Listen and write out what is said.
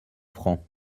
francs